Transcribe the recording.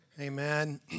Amen